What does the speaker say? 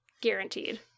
Guaranteed